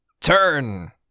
Turn